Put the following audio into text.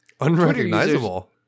Unrecognizable